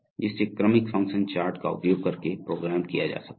जिसे क्रमिक function chart का उपयोग करके प्रोग्राम किया जा सकता है